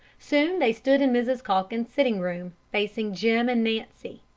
soon they stood in mrs. calkins's sitting-room, facing jim and nancy.